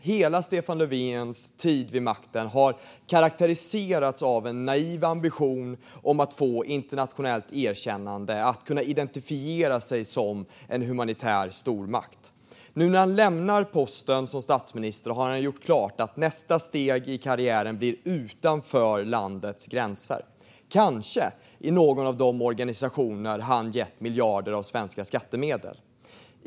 Hela Stefan Löfvens tid vid makten har karakteriserats av en naiv ambition att man ska få internationellt erkännande och kunna identifiera sig som en humanitär stormakt. Nu när han lämnar posten som statsminister har han gjort klart att nästa steg i karriären blir utanför landets gränser, kanske i någon av de organisationer som han gett miljarder av svenska skattemedel.